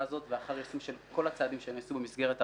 הזאת ואחר יישום של כל הצעדים שייעשו במסגרת הרפורמה,